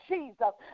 Jesus